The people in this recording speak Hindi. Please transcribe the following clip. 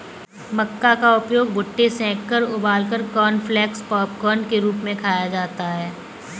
मक्का का उपयोग भुट्टे सेंककर उबालकर कॉर्नफलेक्स पॉपकार्न के रूप में खाया जाता है